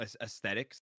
aesthetics